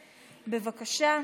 בבקשה.